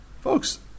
Folks